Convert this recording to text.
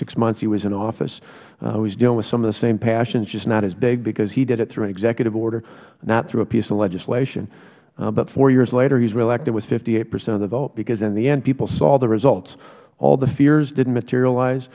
six months he was in office he was dealing with some of the same passions just not as big because he did it through an executive order not through a piece of legislation but four years later he was re elected with fifty eight percent of the vote because in the end people saw the results all the fears didnt materialize